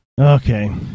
Okay